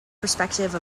perspective